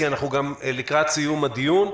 כי אנחנו גם לקראת סיום הדיון,